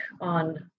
on